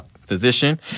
physician